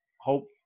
hope